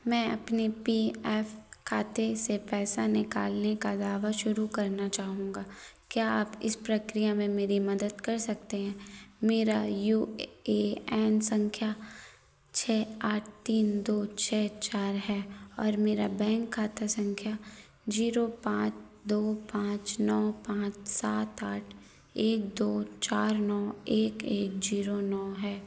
मैं अपनी P F खाते से पैसा निकालने का दावा शुरू करना चाहूँगा क्या आप इस प्रक्रिया में मेरी मदद कर सकते हैं मेरा यू ए एन संख्या छः आठ तीन दो छः चार है और मेरा बैंक खाता संख्या जीरो पाँच दो पाँच नौ पाँच सात आठ एक दो चार नौ एक एक जीरो नौ है